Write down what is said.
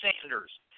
Sanders